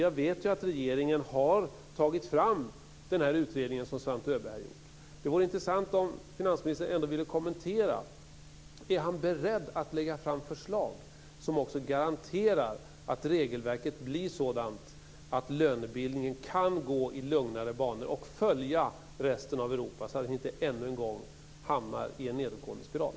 Jag vet ju att regeringen tagit fram den utredning som Svante Öberg har gjort. Det vore intressant om finansimistern ville kommentera detta. Är han beredd att lägga fram förslag som garanterar att regelverket blir sådant att lönebildningen kan gå i lugnare banor och följa resten av Europa så att vi inte ännu en gång hamnar i en nedåtgående spiral.